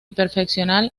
perfeccionar